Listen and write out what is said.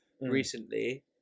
recently